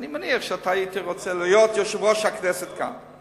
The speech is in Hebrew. אני מניח שאתה היית רוצה להיות יושב-ראש הכנסת כאן.